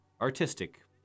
artistic